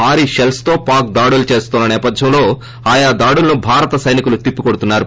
భారీ పెల్స్ తో పాక్ దాడులు చేస్తున్న నేపథ్యంలో ఆయా దాడులను భారత సైనికులు తిప్పి కోడుతున్నారు